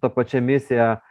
ta pačia misija